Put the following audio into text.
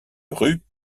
rue